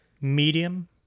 medium